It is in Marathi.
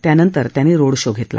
त्यानंतर त्यांनी रोड शो घेतला